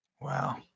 Wow